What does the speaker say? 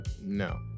no